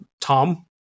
tom